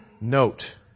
Note